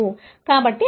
కాబట్టి ఇదే తేడా